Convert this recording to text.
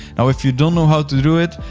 now if you don't know how to do it,